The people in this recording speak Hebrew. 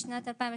בשנת 2013,